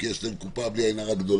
כי יש להם קופה גדולה בלי עין הרע והכול,